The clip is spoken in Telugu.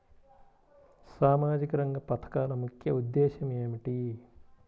సామాజిక రంగ పథకాల ముఖ్య ఉద్దేశం ఏమిటీ?